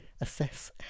assess